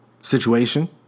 situation